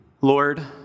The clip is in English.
Lord